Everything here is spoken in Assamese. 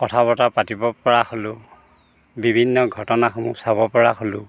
কথা বতৰা পাতিব পৰা হ'লোঁ বিভিন্ন ঘটনাসমূহ চাব পৰা হ'লোঁ